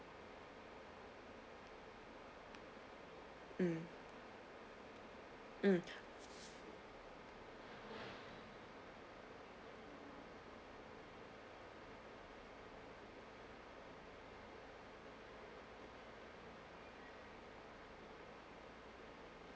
mm mm